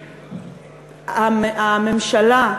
שהממשלה,